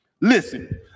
Listen